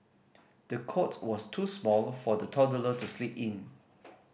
the cot was too small for the toddler to sleep in